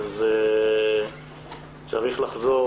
צריך לחזור